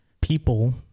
people